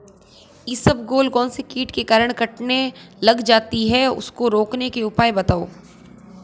इसबगोल कौनसे कीट के कारण कटने लग जाती है उसको रोकने के उपाय बताओ?